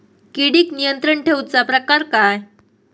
किडिक नियंत्रण ठेवुचा प्रकार काय?